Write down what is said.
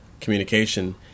communication